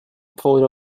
photo